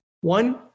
One